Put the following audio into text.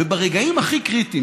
וברגעים הכי קריטיים,